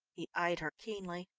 he eyed her keenly.